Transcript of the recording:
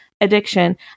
addiction